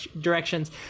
directions